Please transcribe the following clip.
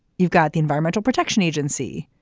you've got the environmental protection agency,